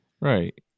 Right